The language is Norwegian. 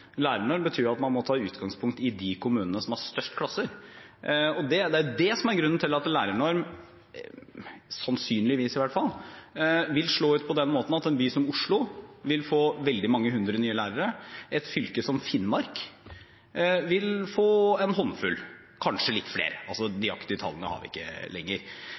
lærernorm betyr at man må ta utgangspunkt i de kommunene som har størst klasser, og det er det som er grunnen til at en lærernorm – sannsynligvis, i hvert fall – vil slå ut på den måten at en by som Oslo vil få veldig mange hundre nye lærere, et fylke som Finnmark vil få en håndfull, kanskje litt flere. De nøyaktige tallene har vi ikke lenger.